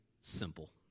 simple